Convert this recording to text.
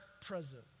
present